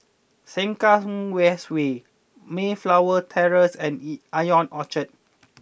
Sengkang West Way Mayflower Terrace and Yee Ion Orchard